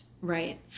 right